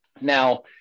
now